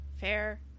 fair